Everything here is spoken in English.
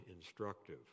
instructive